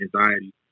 anxiety